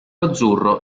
azzurro